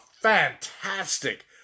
fantastic